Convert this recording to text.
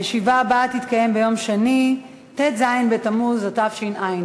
הישיבה הבאה תתקיים ביום שני, ט"ז בתמוז התשע"ד,